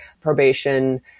probation